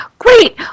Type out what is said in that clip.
Great